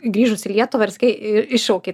grįžus į lietuvą ir sakei ir iššaukė